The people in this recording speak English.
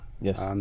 Yes